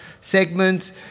segments